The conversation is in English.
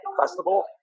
festival